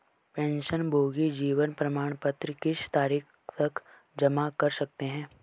पेंशनभोगी जीवन प्रमाण पत्र किस तारीख तक जमा कर सकते हैं?